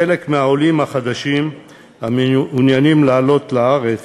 חלק מהעולים החדשים המעוניינים לעלות לארץ